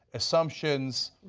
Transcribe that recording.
assumptions,